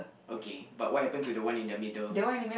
okay but what happen to the one in the middle